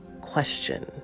question